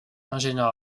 ingénieur